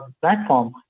platform